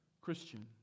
Christian